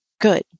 good